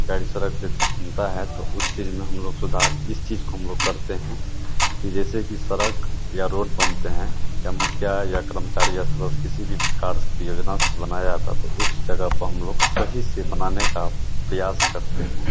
सरकारी सड़क जब बनती है तो उस चीज़ में हम लोग सुधार इस चीज़ को हम लोग करते हैं कि जैसे कि सड़क या रोड बनती है या मुखिया या कर्मचारी या सदस्य किसी भी प्रकार की योजना से बनाया जाता है तो उस जगह पर हम लोग सही से बनाने का प्रयास करते हैं